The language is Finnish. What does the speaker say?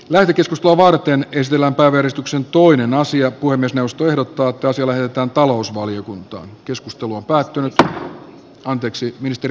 lääkitys on varteen ristillä veristuksen toinen asia kuin myös puhemiesneuvosto ehdottaa että asia lähetetään talousvaliokuntaan